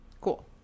Cool